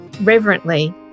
reverently